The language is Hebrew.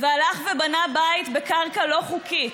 והלך ובנה בית בקרקע לא חוקית,